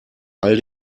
all